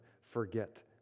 forget